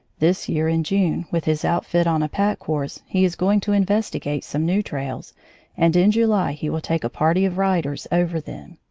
this year in june, with his outfit on a pack-horse, he is going to investigate some new trails and in july he will take a party of riders over them.